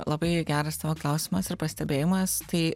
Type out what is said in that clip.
labai geras tavo klausimas ir pastebėjimas tai